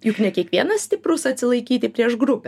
juk ne kiekvienas stiprus atsilaikyti prieš grupę